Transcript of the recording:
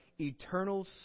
eternal